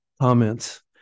comments